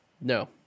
No